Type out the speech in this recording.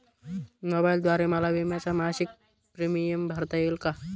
मोबाईलद्वारे मला विम्याचा मासिक प्रीमियम भरता येईल का?